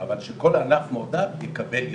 אבל שכל ענף יקבל יותר.